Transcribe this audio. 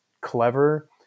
clever